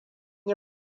yi